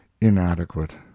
inadequate